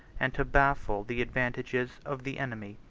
and to baffle the advantages of the enemy.